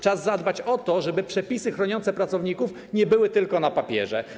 Czas zadbać o to, żeby przepisy chroniące pracowników nie były tylko na papierze.